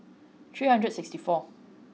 three hundred and sixty four